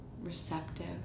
receptive